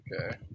Okay